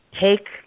take